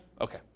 Okay